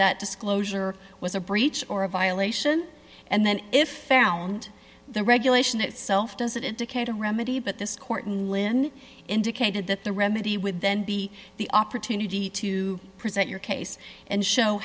that disclosure was a breach or a violation and then if found the regulation itself doesn't indicate a remedy but this court and lynn indicated that the remedy would then be the opportunity to present your case and show